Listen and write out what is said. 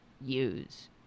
use